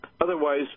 Otherwise